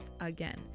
again